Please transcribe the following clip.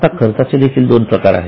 आता खर्चाचे देखील दोन प्रकार आहेत